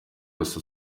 yose